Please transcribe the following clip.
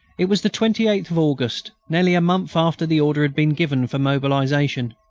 it was the twenty eighth of august, nearly a month after the order had been given for mobilisation.